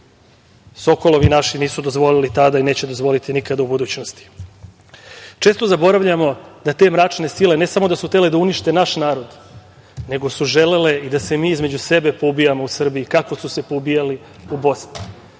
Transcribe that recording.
Sokolovi naši nisu dozvolili tada i neće dozvoliti nikada u budućnosti. Često zaboravljamo da te mračne sile ne samo da su h tele da unište naš narod, nego su želele i da se mi i između sebe poubijamo u Srbiji kako su se poubijali u Bosni.